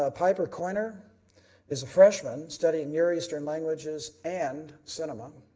ah piper coyner is a freshman studying near eastern languages and cinema.